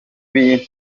bintu